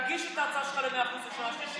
תגיש את ההצעה שלך ל-100% בשנה שלישית,